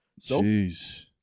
Jeez